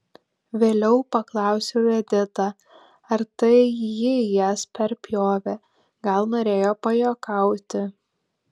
vėliau paklausiau editą ar tai ji jas perpjovė gal norėjo pajuokauti